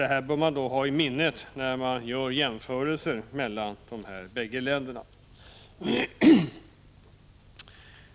Detta bör man ha i minnet när jämförelser görs mellan dessa båda skattesystem.